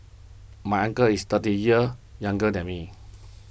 my uncle is thirty years younger than me